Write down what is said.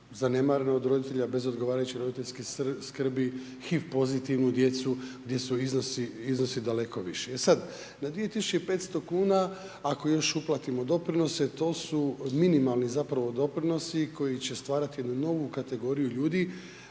zanemarena od roditelja, bez odgovarajuće roditeljske skrbi, HIV pozitivnu djecu gdje su iznosi daleko viši. E sad na 2500 kn ako još uplatimo doprinose, to su minimalni zapravo doprinosi koji će stvarati novu kategoriju ljudi